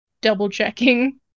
double-checking